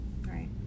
Right